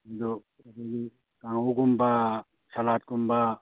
ꯑꯗꯨ ꯑꯗꯒꯤ ꯀꯥꯡꯍꯧꯒꯨꯝꯕ ꯁꯥꯂꯥꯗꯀꯨꯝꯕ